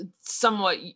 somewhat